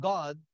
God